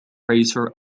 racer